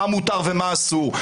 מה מותר ומה אסור.